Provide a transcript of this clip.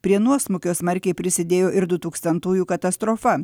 prie nuosmukio smarkiai prisidėjo ir du tūkstantųjų katastrofa